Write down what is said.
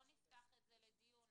לא נפתח את זה לדיון.